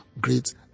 great